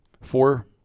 four